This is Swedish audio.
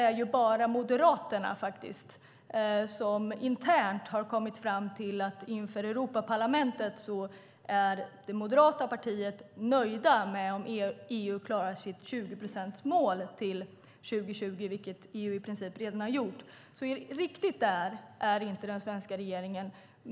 Där är bara Moderaterna, faktiskt, som internt har kommit fram till att man inför Europaparlamentet är nöjd med om EU klarar sitt 20-procentsmål till 2020, vilket EU i princip redan har gjort. Riktigt där är inte den svenska regeringen.